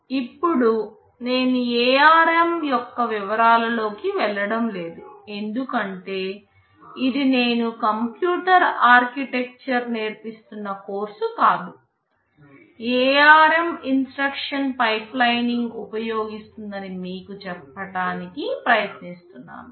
ఇప్పుడు నేను ARM యొక్క వివరాల లోకి వెళ్ళడం లేదు ఎందుకంటే ఇది నేను కంప్యూటర్ ఆర్కిటెక్చర్ నేర్పిస్తున్న కోర్సు కాదు ARM ఇన్స్ట్రక్షన్ పైప్లైనింగ్ ఉపయోగిస్తుందని మీకు చెప్పడానికి ప్రయత్నిస్తున్నాను